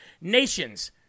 nations